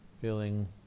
feeling